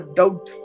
doubt